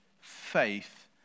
faith